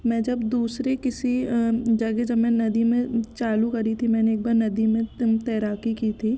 मैं जब दूसरे किसी जगह जब मैं नदी में चालू करी थी मैंने एक बार नदी में तैराकी की थी